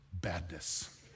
badness